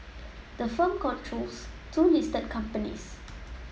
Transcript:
the firm controls two listed companies